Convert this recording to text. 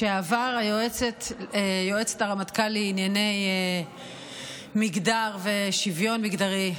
לשעבר יועצת הרמטכ"ל לענייני מגדר ושוויון מגדרי,